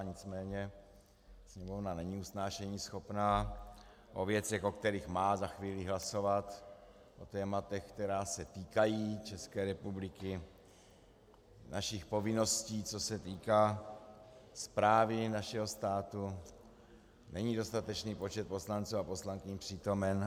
Nicméně Sněmovna není usnášeníschopná o věcech, o kterých má za chvíli hlasovat, o tématech, která se týkají České republiky, našich povinností, co se týká správy našeho státu, není dostatečný počet poslanců a poslankyň přítomen.